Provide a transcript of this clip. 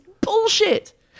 bullshit